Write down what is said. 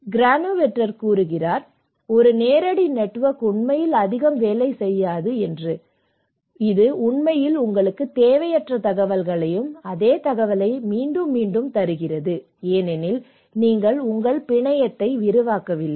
Granovetter கூறுகிறார் ஒரு நேரடி நெட்வொர்க் உண்மையில் அதிகம் வேலை செய்யாத ஒன்று இது உண்மையில் உங்களுக்கு தேவையற்ற தகவல்களையும் அதே தகவலை மீண்டும் மீண்டும் தருகிறது ஏனெனில் நீங்கள் உங்கள் பிணையத்தை விரிவாக்கவில்லை